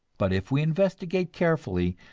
but if we investigate carefully,